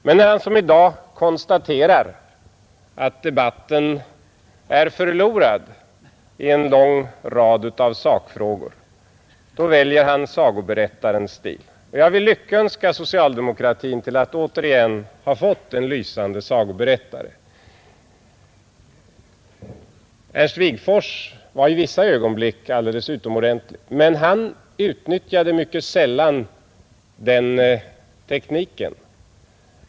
Men när han som i dag konstaterar att debatten i en lång rad sakfrågor är förlorad, väljer han sagoberättarens stil. Och jag vill lyckönska socialdemokratin till att åter ha fått en lysande sagoberättare. Ernst Wigforss var också i vissa ögonblick alldeles utomordentlig som sagoberättare, men han utnyttjade mycket sällan den tekniken.